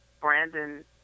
Brandon